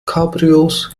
cabrios